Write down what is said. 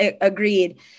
agreed